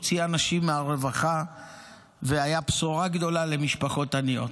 הוציא אנשים מהרווחה והיה בשורה גדולה למשפחות עניות.